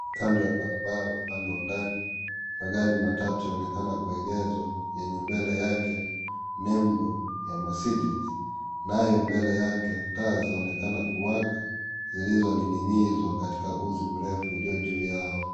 Kando ya barabara upande ya ndani, magari matatu yaonekana kuegezwa yenye mbele yake nembo ya Mercedes nayo mbele yake taa zaonekana kuwaka zilizoninginizwa katika uzi mrefu ulio juu yao.